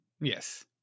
Yes